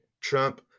Trump